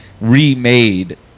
remade